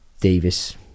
davis